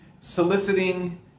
soliciting